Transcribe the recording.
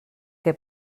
què